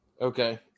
Okay